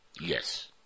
Yes